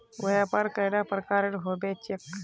व्यापार कैडा प्रकारेर होबे चेक?